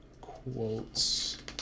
quotes